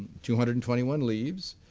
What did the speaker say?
two hundred and twenty one leaves.